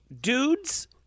Dudes